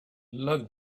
loved